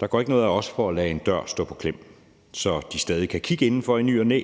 Der går ikke noget af os ved at lade en dør stå på klem, så de stadig kan kigge indenfor i ny og næ.